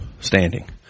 standing